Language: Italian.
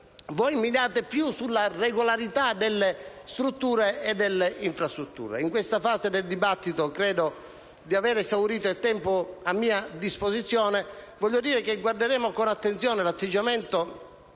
mirate più alla regolarità delle strutture e delle infrastrutture. In questa fase del dibattito - credo di aver esaurito il tempo a mia disposizione - voglio dire che guarderemo con attenzione all'atteggiamento